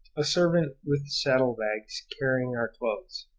a servant with saddle-bags carrying our clothes.